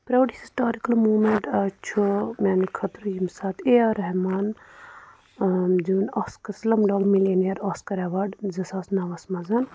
proud historical moment چھُ میٛانہِ خٲطرٕ ییٚمہِ ساتہٕ اَے آر رحمانن زیوٗن آسکس لمڈان مِلینیم آسکر ایٚوارڈ زٕ ساس نَوس منٛز